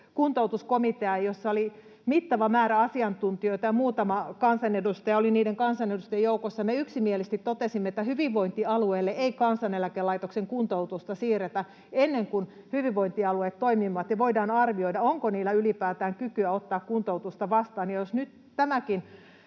kuntoutuskomitea, jossa oli mittava määrä asiantuntijoita ja muutama kansanedustaja, ja olin niiden kansanedustajien joukossa. Me yksimielisesti totesimme, että hyvinvointialueille ei Kansaneläkelaitoksen kuntoutusta siirretä ennen kuin hyvinvointialueet toimivat ja voidaan arvioida, onko niillä ylipäätään kykyä ottaa kuntoutusta vastaan.